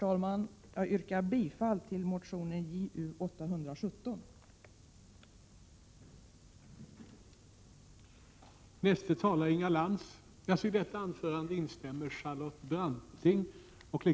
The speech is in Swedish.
Jag yrkar bifall till motionerna Ju817 och Ju806.